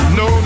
no